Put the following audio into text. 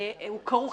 הוא כרוך,